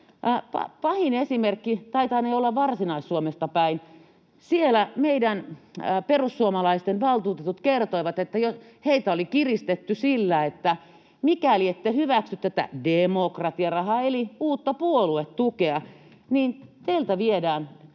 Pahin esimerkki taitaa olla Varsinais-Suomesta päin. Siellä meidän perussuomalaisten valtuutetut kertoivat, että heitä oli kiristetty sillä, että mikäli he eivät hyväksy tätä ”demokratiarahaa” eli uutta puoluetukea, niin heiltä viedään